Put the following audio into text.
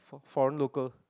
foreign local